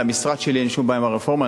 למשרד שלי אין שום בעיה עם הרפורמה,